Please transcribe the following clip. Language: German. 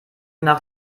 nach